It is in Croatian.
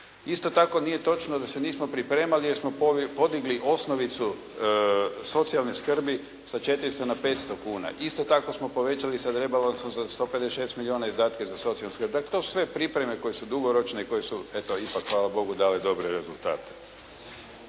Isto tako nije točno da se nismo pripremali jer smo podigli osnovicu socijalne skrbi sa 400 na 500 kuna. Isto tako smo povećali sad rebalansom sa 156 milijuna izdatke za socijalnu skrb. Dakle to su sve pripreme koje su dugoročne i koje su eto ipak hvala Bogu dale dobre rezultate.